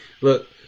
Look